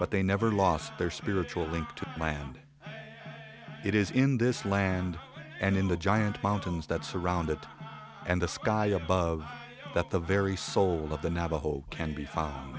but they never lost their spiritual link to miami it is in this land and in the giant mountains that surrounded and the sky above that the very soul of the navajo can be